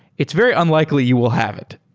it's very unlikely you will have it.